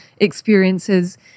experiences